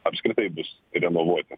apskritai bus renovuoti